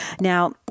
Now